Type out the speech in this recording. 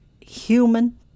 human